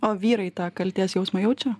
o vyrai tą kaltės jausmą jaučia